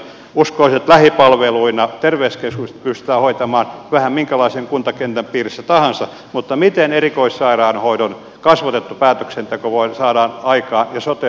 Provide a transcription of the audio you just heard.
uskoisin että lähipalveluina terveyskeskukset pystytään hoitamaan vähän minkälaisen kuntakentän piirissä tahansa mutta miten erikoissairaanhoidon kasvotettu päätöksenteko saadaan aikaan ja sote alueet